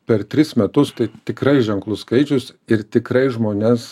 per tris metus tai tikrai ženklus skaičius ir tikrai žmones